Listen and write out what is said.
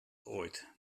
ooit